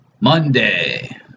monday